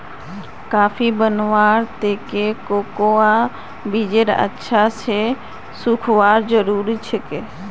coffee बनव्वार त न कोकोआ बीजक अच्छा स सुखना जरूरी छेक